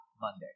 Monday